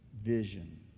vision